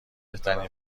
ترین